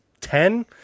ten